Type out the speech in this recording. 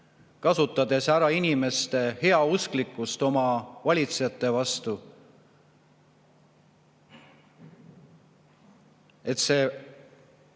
kasutades ära inimeste heausklikkust oma valitsejate vastu, omab see